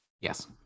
Yes